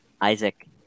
Isaac